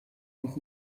und